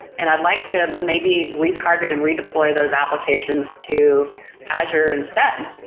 and i like to maybe retarget and redeploy those applications to azure instead.